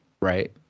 Right